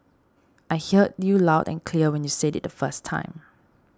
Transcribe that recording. I heard you loud and clear when you said it the first time